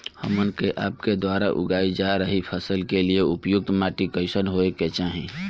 हमन के आपके द्वारा उगाई जा रही फसल के लिए उपयुक्त माटी कईसन होय के चाहीं?